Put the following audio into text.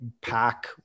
pack